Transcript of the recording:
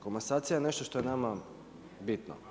Komasacija je nešto što je nama bitno.